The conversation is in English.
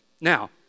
Now